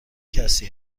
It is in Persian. کسی